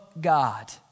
God